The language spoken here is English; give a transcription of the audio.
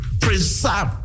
Preserve